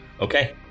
Okay